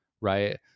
right